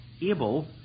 able